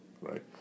right